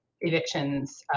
evictions